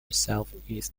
southeast